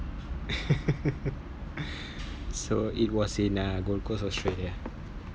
so it was in uh gold coast australia